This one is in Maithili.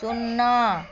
शुन्ना